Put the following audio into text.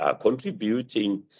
contributing